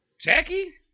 Jackie